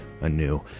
anew